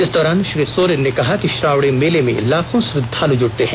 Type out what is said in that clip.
इस दौरान श्री सोरेन ने कहा कि श्रावणी मेले में लाखों श्रद्वालु जुटते हैं